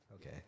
Okay